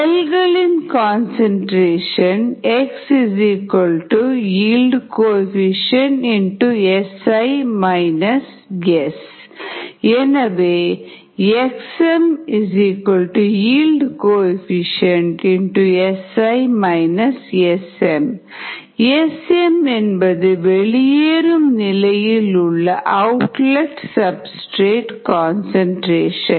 செல்களின் concentration xYxs எனவே xmYxs Smஎன்பது வெளியேறும் நிலையில் உள்ள அவுட்லெட் சப்ஸ்டிரேட் கன்சன்ட்ரேஷன்